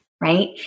right